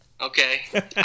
Okay